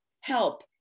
help